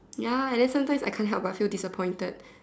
ya and then sometimes I can't help but feel disappointed